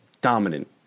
Dominant